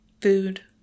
Food